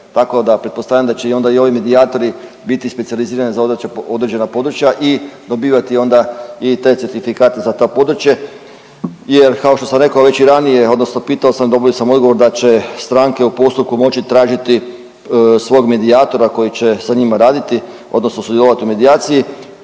tako da pretpostavljam da će i onda i ovi medijatori biti specijalizirani za određena područja i dobivati onda i te certifikate za ta područje jer kao što sam rekao već i ranije odnosno pitao sam, dobio sam odgovor da će stranke u postupku moći tražiti svog medijatora koji će sa njima raditi odnosno sudjelovati u medijaciji,